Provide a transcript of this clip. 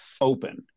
Open